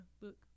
look